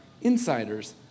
insiders